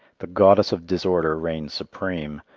the goddess of disorder reigned supreme,